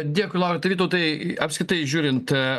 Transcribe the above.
dėkui laurai tai vytautai apskritai žiūrint